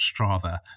Strava